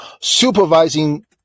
supervising